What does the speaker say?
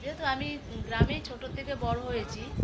যেহেতু আমি গ্রামেই ছোট থেকে বড় হয়েছি